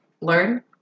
learn